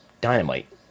Dynamite